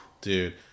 Dude